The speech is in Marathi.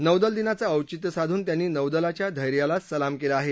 नौदल दिनाचं औचित्य साधून त्यांनी नौदलाच्या धैर्यालासलाम केला आहे